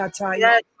yes